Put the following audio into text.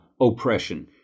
oppression